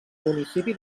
municipi